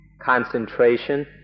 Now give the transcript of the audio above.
concentration